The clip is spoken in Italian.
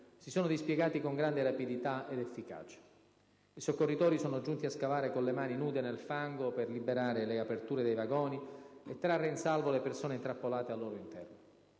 si sono dispiegati con grande rapidità ed efficacia: i soccorritori sono giunti a scavare con le mani nude nel fango per liberare le aperture dei vagoni e trarre in salvo le persone intrappolate al loro interno.